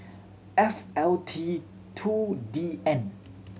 F L T two D N